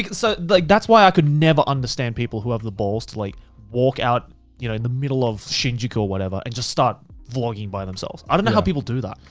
ah so like that's why i could never understand people who have the balls to like walk out in you know the middle of shinjuku or whatever, and just start vlogging by themselves. i don't know how people do that.